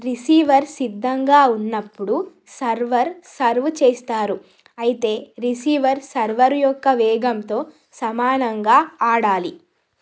receiver సిద్ధంగా ఉన్నప్పుడు server serve చేస్తారు అయితే రిసీవర్ సర్వర్ యొక్క వేగంతో సమానంగా ఆడాలి